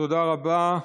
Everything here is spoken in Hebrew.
תודה רבה.